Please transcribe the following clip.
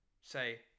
Say